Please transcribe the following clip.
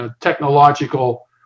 technological